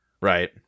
right